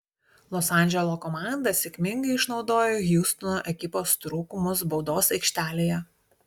los andželo komanda sėkmingai išnaudojo hjustono ekipos trūkumus baudos aikštelėje